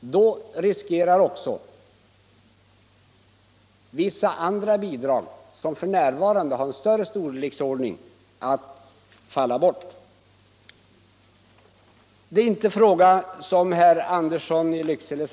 Då riskerar man också att vissa andra bidrag som f.n. är av större storleksordning faller bort. Kom nu och gör er hörda, säger herr Andersson i Lycksele.